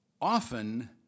Often